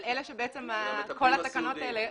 של אלה שבעצם כל התקנות האלה,